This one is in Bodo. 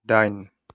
दाइन